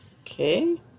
Okay